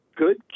Good